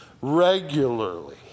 regularly